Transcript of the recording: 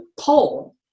pole